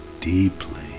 deeply